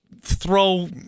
throw